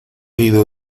ido